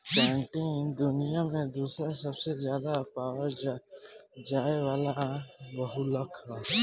chitin दुनिया में दूसरा सबसे ज्यादा पावल जाये वाला बहुलक ह